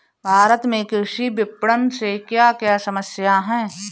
भारत में कृषि विपणन से क्या क्या समस्या हैं?